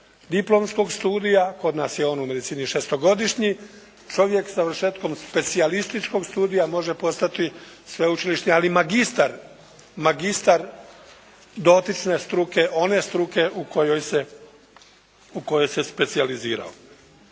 diplomskog studija, kod nas je on u medicini šestogodišnji, čovjek završetkom specijalističkog studija može postati sveučilišni ali magistar, magistar dotične struke, one struke u kojoj se specijalizirao.